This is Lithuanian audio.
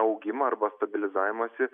augimą arba stabilizavimąsi